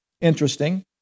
Interesting